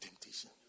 temptation